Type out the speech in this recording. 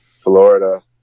Florida